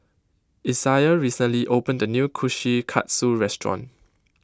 Isaiah recently opened a new Kushikatsu restaurant